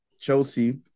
Chelsea